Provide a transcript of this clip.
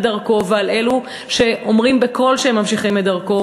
דרכו ועל אלו שאומרים בקול שהם ממשיכים את דרכו,